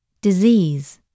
Disease